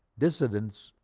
dissidents,